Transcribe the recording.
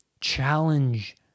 Challenge